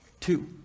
Two